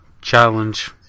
Challenge